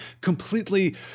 completely